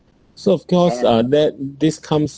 so of course I bet this comes